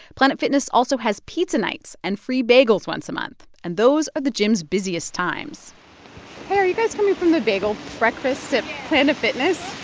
planet fitness also has pizza nights and free bagels once a month. and those are the gym's busiest times hey, are you guys coming from the bagel breakfast at planet fitness?